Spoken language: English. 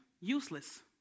useless